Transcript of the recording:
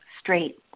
straight